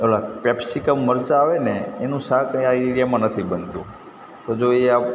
પેલા કેપ્સિકમ મરચાં આવે ને એનું શાક આ એરિયામાં નથી બનતું તો જો એ આપ